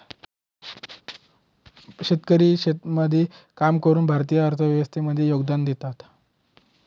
शेतकरी शेतामध्ये काम करून भारतीय अर्थव्यवस्थे मध्ये योगदान देतात